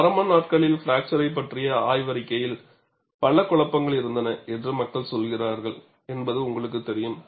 ஆரம்ப நாட்களில் பிராக்சரை பற்றிய ஆய்வறிக்கையில் பல குழப்பங்கள் இருந்தன என்று மக்கள் சொல்கிறார்கள் என்பது உங்களுக்குத் தெரியும்